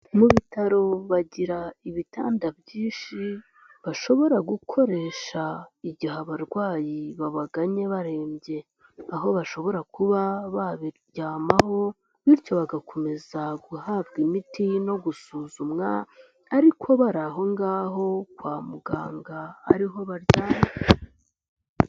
Mu bitaro bagira ibitanda byinshi bashobora gukoresha igihe abarwayi babaganye barembye, aho bashobora kuba babiryamaho bityo bagakomeza guhabwa imiti no gusuzumwa ariko bari aho ngaho kwa muganga ariho baryamye.